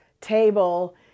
table